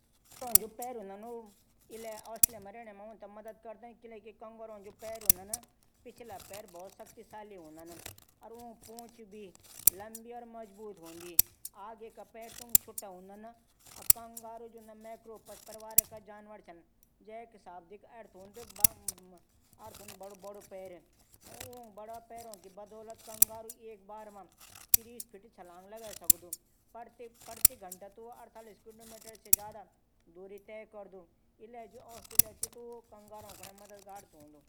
कगारूंंओ जू पैर हूदा जू आस्ट्रेलिया मा रैण मदद करदा पिछनै पैर बहुत शक्तिशाली हूदन। ऊकी पूछ भी लंबी और मजबूत हूंदी। अगने पैर त ऊंख छुटा हूदन। कंगारू मैकरोकस परिवारा जानवर छन। जैक शाब्दिक अर्थ हूंदू बडू बडू पैर ऊ बडा पैरो बदोलत कगारूंं एक बार मा तीस फिट छलांग लगे सकदा। प्रति घंटा वू अड़तालीस किमी दूरी तय करदू। इले आस्ट्रेलिया कंगारुओं कू मददगार हूंदू।